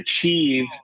achieve